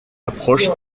approche